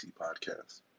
Podcast